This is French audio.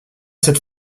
cette